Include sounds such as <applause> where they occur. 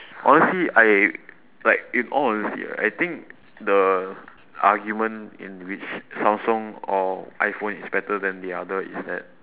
<breath> honestly I like with all honesty right I think the argument in which samsung or iphone is better than the other is that